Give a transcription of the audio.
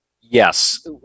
Yes